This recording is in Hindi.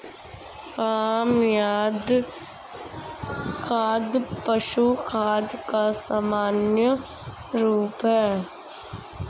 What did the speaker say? फार्म यार्ड खाद पशु खाद का सामान्य रूप है